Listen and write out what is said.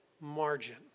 margin